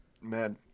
Man